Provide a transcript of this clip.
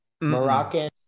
Moroccan